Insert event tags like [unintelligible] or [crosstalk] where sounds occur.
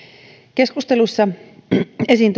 keskusteluissa tuodaan esiin [unintelligible]